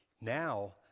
now